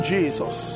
Jesus